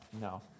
no